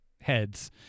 heads